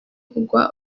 kugwa